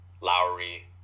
Lowry